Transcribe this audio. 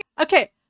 Okay